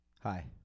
Hi